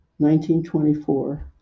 1924